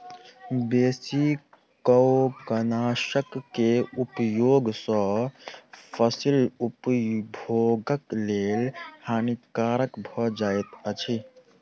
बेसी कवकनाशक के उपयोग सॅ फसील उपभोगक लेल हानिकारक भ जाइत अछि